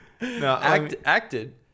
acted